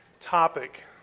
topic